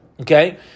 okay